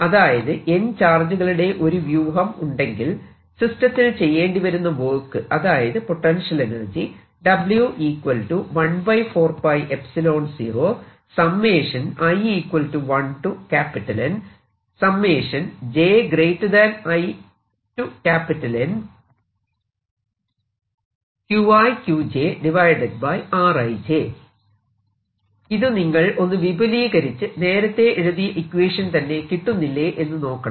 അതായത് N ചാർജുകളുടെ ഒരു വ്യൂഹം ഉണ്ടെങ്കിൽ സിസ്റ്റത്തിൽ ചെയ്യേണ്ടിവരുന്ന വർക്ക് അതായത് പൊട്ടൻഷ്യൽ എനർജി ഇത് നിങ്ങൾ ഒന്ന് വിപുലീകരിച്ച് നേരത്ത എഴുതിയ ഇക്വേഷൻ തന്നെ കിട്ടുന്നില്ലേ എന്ന് നോക്കണം